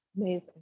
amazing